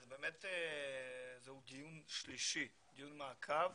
זהו דיון שלישי, דיון מעקב,